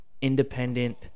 independent